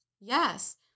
yes